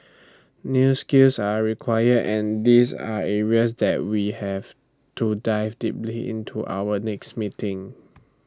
new skills are required and these are areas that we have to dive deeply into our next meeting